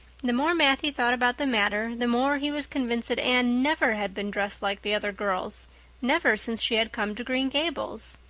the more matthew thought about the matter the more he was convinced that anne never had been dressed like the other girls never since she had come to green gables.